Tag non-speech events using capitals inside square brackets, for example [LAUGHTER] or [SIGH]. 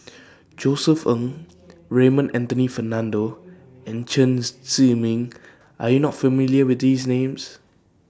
[NOISE] Josef Ng Raymond Anthony Fernando and Chen [NOISE] Zhiming Are YOU not familiar with These Names